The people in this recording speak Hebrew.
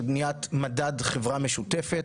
תודה לנציגים מפורום החברה המשותפת